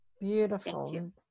Beautiful